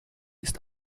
ist